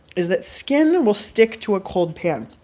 is that skin and will stick to a cold pan.